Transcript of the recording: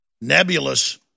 nebulous